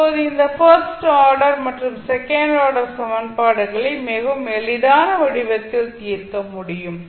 இப்போது இந்த first order மற்றும் செகண்ட் ஆர்டர் சமன்பாடுகளை மிகவும் எளிதான வடிவத்தில் தீர்க்க முடியும்